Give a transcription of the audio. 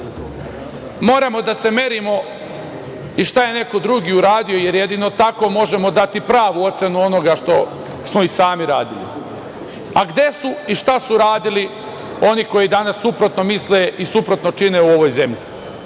moramo da se merimo i šta je neko drugi uradio, jer jedino tako možemo dati pravu ocenu onoga što smo i sami radili. Gde su i šta su radili oni koji danas suprotno misle i suprotno čine u ovoj zemlji?